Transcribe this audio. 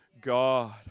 God